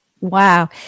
Wow